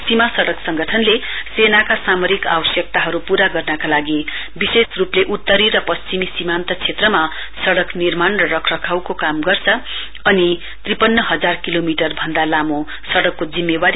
सीमा सड़क संगठनले सेनाका सामरिक आवश्यकताहरू पूरा गर्नका लागि विशेष रूपले उत्तरी र पश्चिमी सीमान्त क्षेत्र सड़क निर्माण र रखरखाउको काम गर्छ अनि त्रिपन्न हजार किलोमिटर भन्दा लामो सड़कको जिम्मेवारी छ